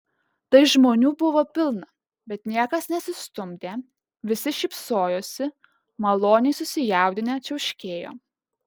tai žmonių buvo pilna bet niekas nesistumdė visi šypsojosi maloniai susijaudinę čiauškėjo